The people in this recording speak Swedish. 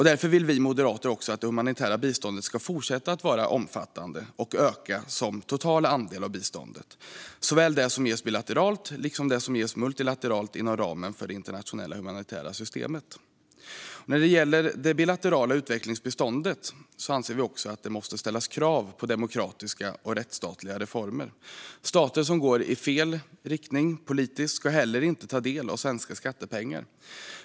Därför vill vi moderater att det humanitära biståndet ska fortsätta att vara omfattande och öka som total andel av biståndet, såväl det som ges bilateralt som det som ges multilateralt inom ramen för det internationella humanitära systemet. När det gäller det bilaterala utvecklingsbiståndet anser vi att det måste ställas krav på demokratiska och rättsstatliga reformer. Stater som går i fel riktning politiskt ska inte ta del av svenska skattepengar.